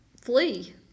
flee